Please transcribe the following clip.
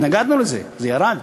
התנגדנו לזה, זה ירד.